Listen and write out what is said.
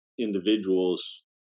individual's